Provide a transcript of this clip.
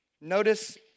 notice